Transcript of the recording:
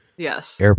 Yes